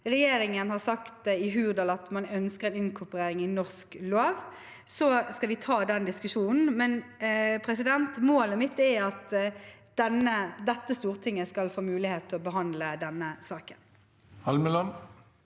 Regjeringen har sagt i Hurdalsplattformen at man ønsker en inkorporering i norsk lov. Vi skal ta den diskusjonen, men målet mitt er at dette stortinget skal få mulighet til å behandle denne saken.